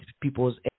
people's